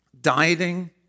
Dieting